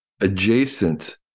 adjacent